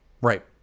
Right